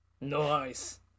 Nice